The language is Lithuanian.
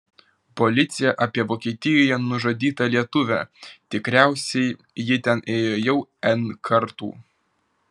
policija apie vokietijoje nužudytą lietuvę tikriausiai ji ten ėjo jau n kartų